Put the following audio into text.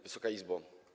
Wysoka Izbo!